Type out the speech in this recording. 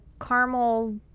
caramel